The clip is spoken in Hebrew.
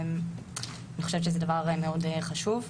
אני חושבת שזה דבר מאוד חשוב.